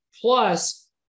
plus